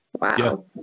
wow